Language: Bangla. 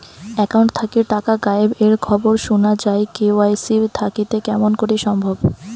একাউন্ট থাকি টাকা গায়েব এর খবর সুনা যায় কে.ওয়াই.সি থাকিতে কেমন করি সম্ভব?